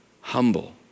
Humble